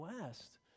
west